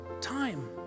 Time